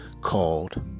called